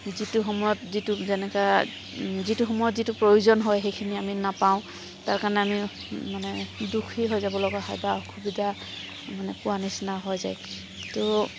যিটো সময়ত যিটো যেনেকা যিটো সময়ত যিটো প্ৰয়োজন হয় সেইখিনি আমি নাপাওঁ তাৰকাৰণে আমি মানে দুখী হৈ যাবলগা হয় বা অসুবিধা এনেকুৱা নিচিনা হৈ যায় তেও